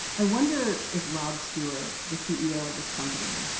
i wonder if rob stewart, the ceo of this company,